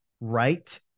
right